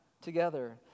together